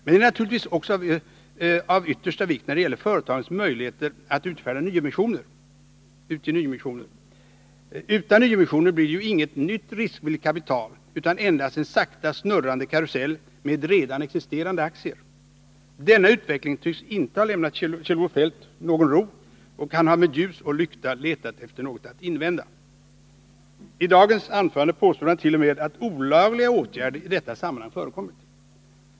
Men det är naturligtvis också av yttersta vikt när det gäller företagens möjligheter att utge nyemissioner. Utan nyemissioner blir det ju inget nytt riskvilligt kapital utan endast en sakta snurrande karusell med redan existerande aktier. Denna utveckling tycks inte ha lämnat Kjell-Olof Feldt någon ro, och han har med ljus och lykta letat efter något att invända. I dagens anförande påstod han t.o.m. att olagliga åtgärder i detta sammanhang förekommit.